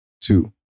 two